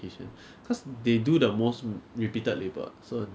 but 他们赚的钱比 malaysia 多很多 [what]